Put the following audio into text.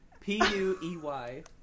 P-U-E-Y